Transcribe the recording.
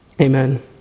Amen